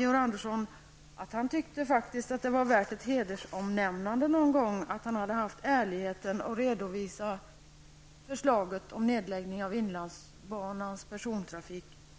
Jag tycker faktiskt att det är värt ett hedersomnämnade någon gång att jag har haft den ärligheten att redovisa det